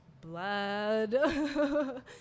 blood